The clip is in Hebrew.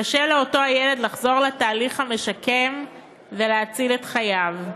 קשה לאותו הילד לחזור לתהליך המשקם ולהציל את חייו.